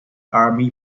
army